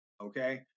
okay